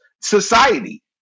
society